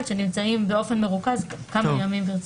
שנמצאים באופן מרוכז כמה ימים ברציפות.